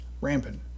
rampant